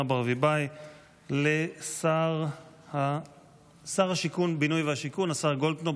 ברביבאי לשר הבינוי והשיכון השר גולדקנופ.